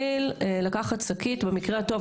והכול יחד עם המשטרה ובחותמת שלה,